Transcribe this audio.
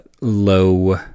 low